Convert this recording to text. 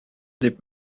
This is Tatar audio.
дип